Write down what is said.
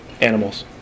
Animals